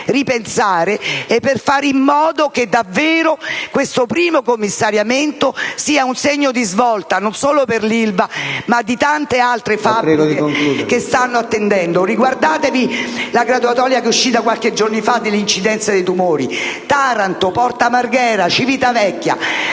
ripensare e per fare in modo che davvero questo primo commissariamento sia un segno di svolta, non solo per l'Ilva, ma per tante altre fabbriche che stanno attendendo. Riguardatevi la graduatoria che è uscita qualche giorno fa sull'incidenza dei tumori: Taranto, Porto Marghera, Civitavecchia.